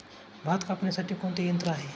भात कापणीसाठी कोणते यंत्र आहे?